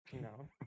No